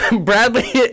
Bradley